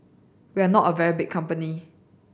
we are not a very big company